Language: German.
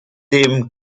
dem